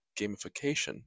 gamification